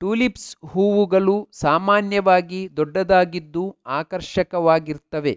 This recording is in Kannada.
ಟುಲಿಪ್ಸ್ ಹೂವುಗಳು ಸಾಮಾನ್ಯವಾಗಿ ದೊಡ್ಡದಾಗಿದ್ದು ಆಕರ್ಷಕವಾಗಿರ್ತವೆ